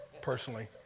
personally